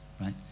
right